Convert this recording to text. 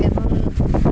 କେବଳ